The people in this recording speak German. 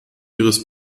ihres